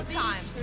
time